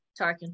Tarkin